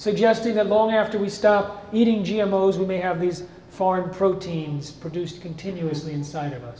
suggesting that long after we stop eating g m o's we may have these foreign proteins produced continuously inside of u